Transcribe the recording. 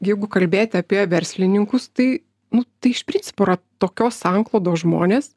jeigu kalbėti apie verslininkus tai nu tai iš principo yra tokios sanklodos žmonės